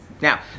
Now